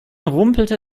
rumpelte